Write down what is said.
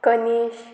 Kanish